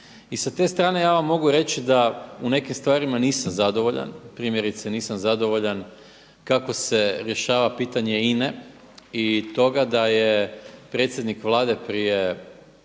I sa te strane ja vam mogu reći da u nekim stvarima nisam zadovoljan, primjerice nisam zadovoljan kako se rješava pitanje INA-e i toga da je predsjednik Vlade prije